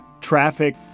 Traffic